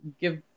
give